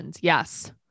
yes